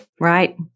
right